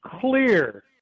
clear